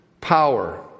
power